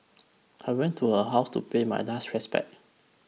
I went to her house to pay my last respects